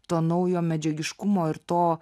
to naujo medžiagiškumo ir to